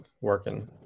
working